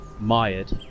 mired